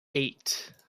eight